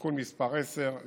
(תיקון מס' 10),